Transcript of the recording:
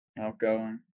outgoing